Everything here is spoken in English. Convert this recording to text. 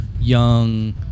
young